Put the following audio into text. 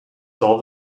solved